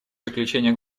заключения